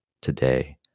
today